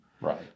Right